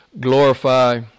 glorify